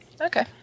Okay